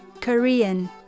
Korean